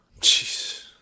Jeez